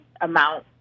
amount